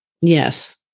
Yes